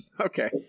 Okay